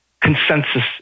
consensus